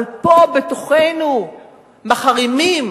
אבל פה בתוכנו מחרימים